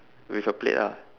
with a plate lah